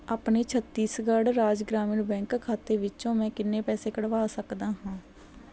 ਆਪਣੇ ਛੱਤੀਸਗੜ੍ਹ ਰਾਜ ਗ੍ਰਾਮੀਣ ਬੈਂਕ ਖਾਤੇ ਵਿੱਚੋਂ ਮੈਂ ਕਿੰਨੇ ਪੈਸੇ ਕਢਵਾ ਸਕਦਾ ਹਾਂ